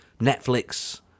Netflix